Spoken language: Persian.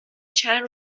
چند